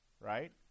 right